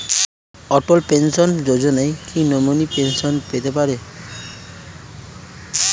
অটল pension Yojana কি নমনীয় pension পেতে পারে?